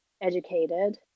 educated